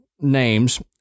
names